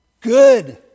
good